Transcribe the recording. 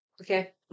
Okay